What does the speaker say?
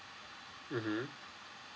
mmhmm